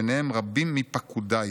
ביניהם רבים מפקודיי.